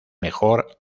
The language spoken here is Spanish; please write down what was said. mejor